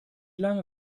lange